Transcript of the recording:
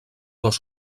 dos